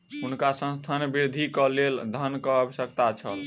हुनका संस्थानक वृद्धिक लेल धन के आवश्यकता छल